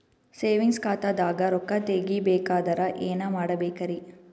Savings ಖಾತಾದಾಗ ರೊಕ್ಕ ತೇಗಿ ಬೇಕಾದರ ಏನ ಮಾಡಬೇಕರಿ?